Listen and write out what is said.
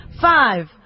five